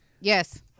Yes